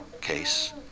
case